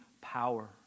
power